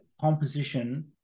composition